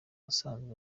asanzwe